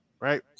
Right